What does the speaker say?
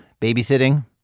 babysitting